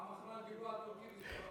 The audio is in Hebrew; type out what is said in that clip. בפעם האחרונה שדיברו על הטורקים, הסתבכנו